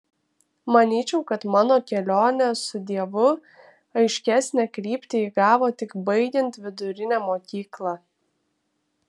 manyčiau kad mano kelionė su dievu aiškesnę kryptį įgavo tik baigiant vidurinę mokyklą